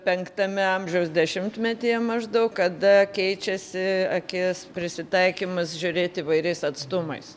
penktame amžiaus dešimtmetyje maždaug kada keičiasi akies prisitaikymas žiūrėt įvairiais atstumais